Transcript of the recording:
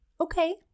Okay